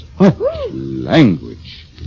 Language